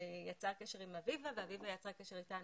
ויצר קשר עם אביבה ואביבה יצרה קשר איתנו,